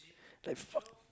like fuck